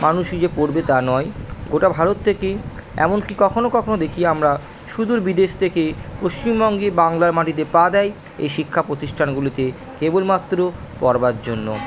মানুষই যে পড়বে যে তা নয় গোটা ভারত থেকেই এমন কি কখনো কখনো দেখি আমরা সুদূর বিদেশ থেকে পশ্চিমবঙ্গের বাংলার মাটিতে পা দেয় এই শিক্ষা প্রতিষ্ঠানগুলিতে কেবলমাত্র পড়বার জন্য